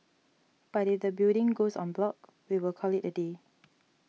but if the building goes en bloc we will call it a day